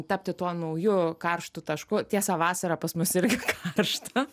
tapti tuo nauju karštu tašku tiesa vasara pas mus irgi karšta